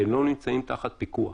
הם לא נמצאים תחת פיקוח.